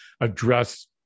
address